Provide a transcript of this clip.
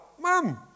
Mom